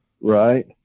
right